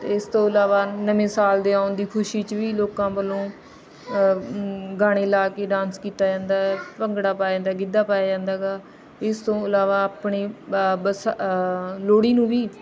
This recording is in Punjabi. ਅਤੇ ਇਸ ਤੋਂ ਇਲਾਵਾ ਨਵੇਂ ਸਾਲ ਦੇ ਆਉਣ ਦੀ ਖੁਸ਼ੀ 'ਚ ਵੀ ਲੋਕਾਂ ਵੱਲੋਂ ਗਾਣੇ ਲਾ ਕੇ ਡਾਂਸ ਕੀਤਾ ਜਾਂਦਾ ਭੰਗੜਾ ਪਾਇਆ ਜਾਂਦਾ ਗਿੱਧਾ ਪਾਇਆ ਜਾਂਦਾ ਹੈਗਾ ਇਸ ਤੋਂ ਇਲਾਵਾ ਆਪਣੀ ਬ ਬਸਾ ਲੋਹੜੀ ਨੂੰ ਵੀ